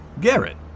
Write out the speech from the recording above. Garrett